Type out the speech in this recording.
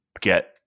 get